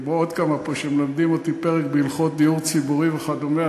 כמו עוד כמה פה שמלמדים אותי פרק בהלכות דיור ציבורי וכדומה.